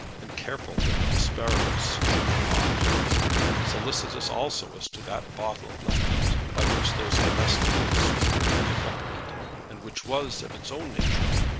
and careful that the asparagus should be hot solicitous also as to that bottle of lafitte by which those comestibles were to be accompanied and which was, of its own nature,